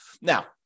Now